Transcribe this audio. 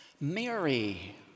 Mary